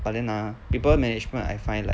but then ah people management I find like